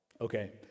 Okay